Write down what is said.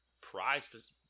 prize